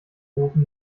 ofen